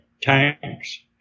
Tanks